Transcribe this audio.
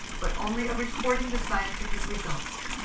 but only of recording the scientific results.